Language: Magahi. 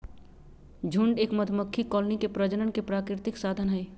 झुंड एक मधुमक्खी कॉलोनी के प्रजनन के प्राकृतिक साधन हई